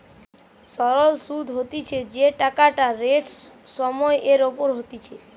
সরল সুধ হতিছে যেই টাকাটা রেট সময় এর ওপর হতিছে